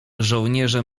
żołnierze